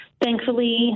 thankfully